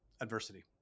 adversity